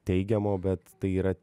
teigiamo bet tai yra